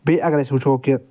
بییٚہِ اگر أسۍ وٕچھو کہِ